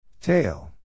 Tail